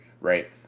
right